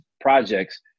projects